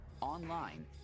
online